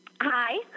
Hi